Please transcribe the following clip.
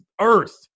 earth